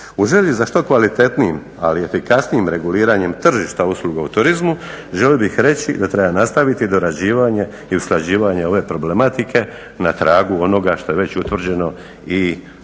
U želji za što kvalitetnijim, ali i efikasnijim reguliranjem tržišta usluga u turizmu želio bih reći da treba nastaviti dorađivanje i usklađivanje ove problematike na tragu onoga što je već utvrđeno i odlukama